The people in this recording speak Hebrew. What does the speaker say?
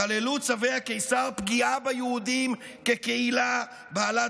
כללו צווי הקיסר פגיעה ביהודים כקהילה בעלת